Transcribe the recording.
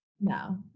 No